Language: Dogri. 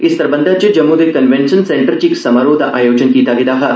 इस सरबंधे च जम्मू दे कंवेंशन सेंटर च इक समारोह दा आयोजन कीता गेदा हा